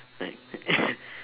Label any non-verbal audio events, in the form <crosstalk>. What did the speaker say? like <coughs>